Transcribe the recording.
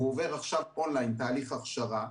והוא עובד עכשיו און-ליין תהליך הכשרה.